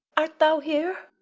art thou here?